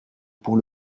pour